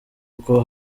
uko